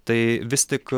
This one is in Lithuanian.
tai vis tik